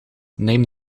neem